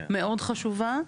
מאוד חשובה.